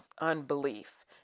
unbelief